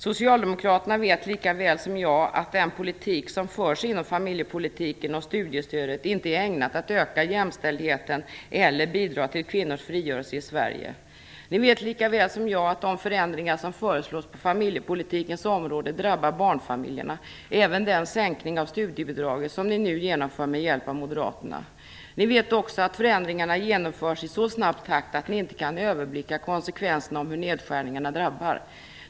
Socialdemokraterna vet lika väl som jag att den politik som förs inom familjepolitiken och vad gäller studiestödet inte är ägnad att öka jämställdheten eller bidra till kvinnors frigörelse i Sverige. Ni vet lika väl som jag att de förändringar som föreslås på familjepolitikens område drabbar barnfamiljerna - även den sänkning av studiebidraget som ni nu genomför med hjälp av Moderaterna. Ni vet också att förändringarna genomförs i så snabb takt att ni inte kan överblicka konsekvenserna av hur nedskärningarna drabbar.